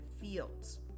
fields